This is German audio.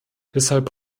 deshalb